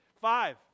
Five